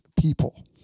people